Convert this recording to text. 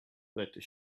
that